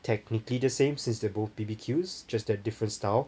technically the same since they are both B_B_Q just that different style